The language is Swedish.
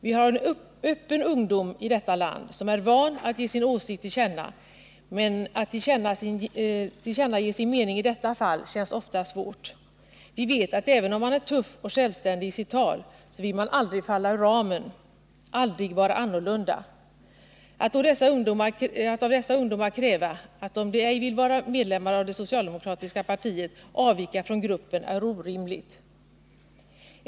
Vi har en öppen ungdom i detta land, som är van att ge sin åsikt till känna, men att tillkännage sin mening i detta fall känns ofta svårt. Vi vet att även om man är tuff och självständig i sitt tal, så vill man aldrig falla ur ramen, aldrig vara annorlunda. Att av dessa ungdomar kräva att om de ej vill vara medlemmar av det socialdemokratiska partiet, så skall de avvika från gruppen, är orimligt.